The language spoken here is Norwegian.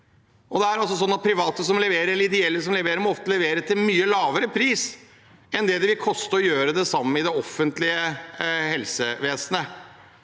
det er altså sånn at private eller ideelle som leverer, ofte må levere til mye lavere pris enn hva det vil koste å gjøre det samme i det offentlige helsevesenet,